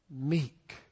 meek